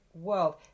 world